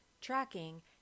tracking